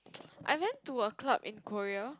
I went to a club in Korea